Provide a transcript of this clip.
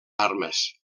armes